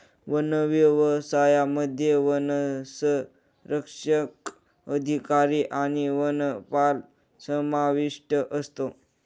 one व्यवसायामध्ये वनसंरक्षक अधिकारी आणि वनपाल समाविष्ट असतो